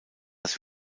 das